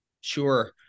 Sure